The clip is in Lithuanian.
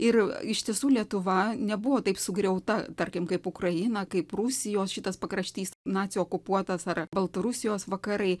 ir iš tiesų lietuva nebuvo taip sugriauta tarkim kaip ukraina kaip rusijos šitas pakraštys nacių okupuotas ar baltarusijos vakarai